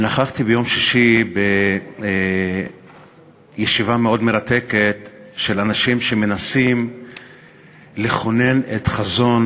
אני נכחתי ביום שישי בישיבה מאוד מרתקת של אנשים שמנסים לכונן את חזון